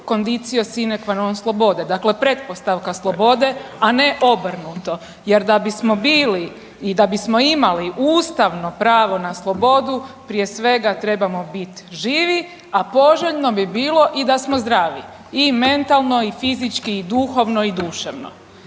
conditio sine qua non slobode, dakle pretpostavka slobode, a ne obrnuto jer da bismo bili i da bismo imali ustavno pravo na slobodu prije svega trebamo bit živi, a poželjno bi bilo i da smo zdravi i mentalno i fizički i duhovno i duševno.